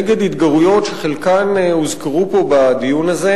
נגד התגרויות שחלקן הוזכרו פה בדיון הזה,